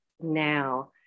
now